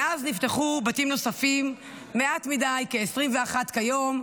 מאז נפתחו בתים נוספים, מעט מדי, כ-21 כיום,